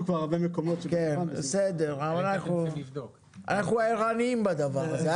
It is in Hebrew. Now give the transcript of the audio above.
אנחנו ערניים בדבר הזה.